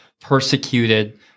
persecuted